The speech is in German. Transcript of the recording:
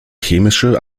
chemische